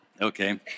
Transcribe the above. Okay